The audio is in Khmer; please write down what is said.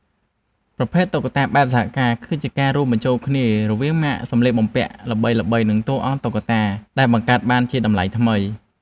ប្រភេទ តុក្កតាបែបសហការ គឺជាការរួមបញ្ចូលគ្នារវាងម៉ាកសម្លៀកបំពាក់ល្បីៗ និងតួអង្គតុក្កតាដែលបង្កើតបានជាតម្លៃថ្មី។